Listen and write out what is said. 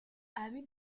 ami